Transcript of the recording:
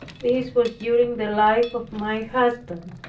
this was during the life of my husband.